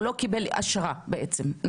הוא בעצם לא קיבל אשרה, נכון?